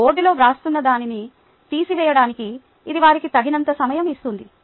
మీరు బోర్డులో వ్రాస్తున్నదానిని తీసివేయడానికి ఇది వారికి తగినంత సమయం ఇస్తుంది